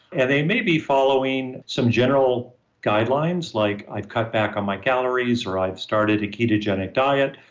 and they may be following some general guidelines, like, i've cut back on my calories, or i've started a ketogenic diet,